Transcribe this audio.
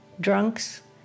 Drunks